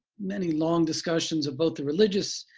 many long discussions about the religious